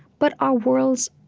but our worlds,